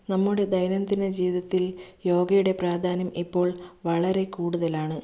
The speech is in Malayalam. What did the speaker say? നമ്മുടെ ദൈനംദിന ജീവിതത്തിൽ യോഗയുടെ പ്രാധാന്യം ഇപ്പോൾ വളരെ കൂടുതലാണ്